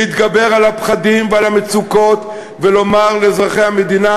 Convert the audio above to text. להתגבר על הפחדים ועל המצוקות ולומר לאזרחי המדינה